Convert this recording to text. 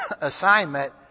assignment